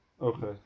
Okay